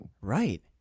Right